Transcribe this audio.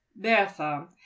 Bertha